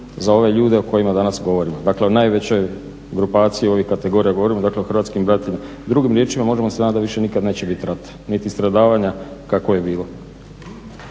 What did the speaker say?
za ove ljude o kojima danas govorimo, dakle o najvećoj grupaciji ovih kategorija govorimo, dakle o hrvatskim braniteljima drugim riječima možemo se nadati da više nikad neće biti rata niti stradavanja kakvo je bilo.